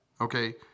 Okay